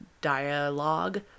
dialogue